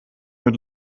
mit